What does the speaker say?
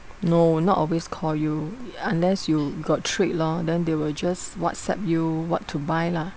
no not always call you unless you got trade lor then they will just whatsapp you what to buy lah